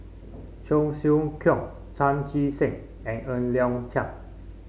Cheong Siew Keong Chan Chee Seng and Ng Liang Chiang